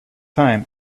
time